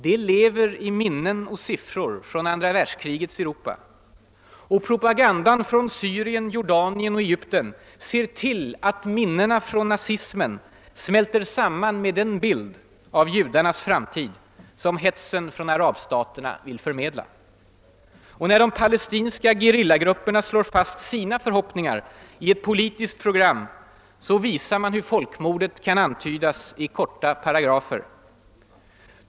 Det lever i minnen och siffror från andra världskrigets Europa. Propagandan från Syrien, Jordanien och Egypten ser till att de minnena från nazismen smälter samman med den bild av judarnas framtid som hetsen från arabstaterna förmedlar. När de palestinska gerillagrupperna slår fast sina förhoppningar i ett politiskt program, visar man hur folkmordet kan antydas i korta paragrafer.